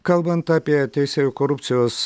kalbant apie teisėjų korupcijos